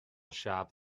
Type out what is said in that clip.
shop